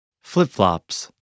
Flip-flops